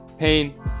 Pain